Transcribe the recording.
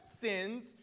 sins